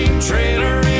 trailer